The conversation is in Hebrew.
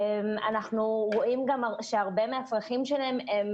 אנחנו רואים גם שהרבה מן הצרכים שלהם הם